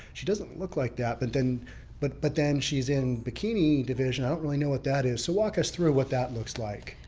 she doesn't look like that. but then but but then she's in bikini division. i don't really know what that is. so walk us through what that looks like.